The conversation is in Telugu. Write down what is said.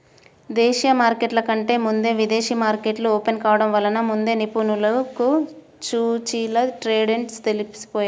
దేశీయ మార్కెట్ల కంటే ముందే విదేశీ మార్కెట్లు ఓపెన్ కావడం వలన ముందే నిపుణులకు సూచీల ట్రెండ్స్ తెలిసిపోతాయి